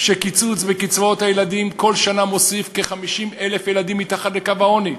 שקיצוץ קצבאות הילדים מוסיף בכל שנה כ-50,000 ילדים מתחת לקו העוני,